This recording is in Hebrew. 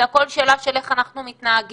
זה הכול שאלה של איך אנחנו מתנהגים,